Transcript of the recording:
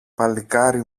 παλικάρι